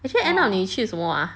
actually end up 你去什么 ah